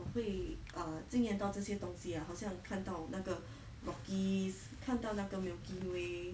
我会 uh 纪恋到这些东西啊好像看到那个 rockies 看到那个 milky way